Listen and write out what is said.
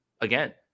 again